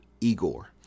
Igor